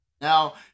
Now